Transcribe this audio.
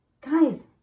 Guys